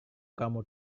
kamu